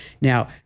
now